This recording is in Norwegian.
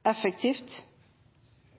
og effektivt.